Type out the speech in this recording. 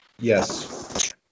yes